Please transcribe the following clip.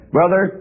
Brother